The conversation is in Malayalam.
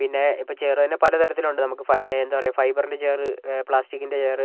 പിന്നെ ഇപ്പം ചെയർ തന്നെ പല താരത്തിലുണ്ട് നമുക്ക് ഫൈ എന്താ പറയുക ഫൈബറിൻ്റെ ചെയർ പ്ലാസ്റ്റിക്കിൻ്റെ ചെയർ